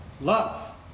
love